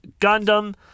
Gundam